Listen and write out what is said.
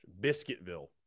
Biscuitville